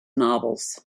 novels